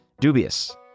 Dubious